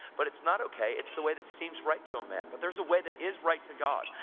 but it's not ok it's the way that seems right to a man. but there's a way that is right to god,